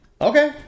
okay